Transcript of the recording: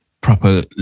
proper